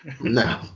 No